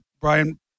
Brian